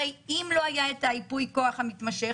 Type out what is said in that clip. הרי אם לא היה את ייפוי הכוח המתמשך,